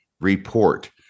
Report